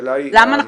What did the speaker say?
השאלה היא מערכת